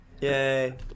Yay